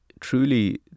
truly